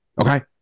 okay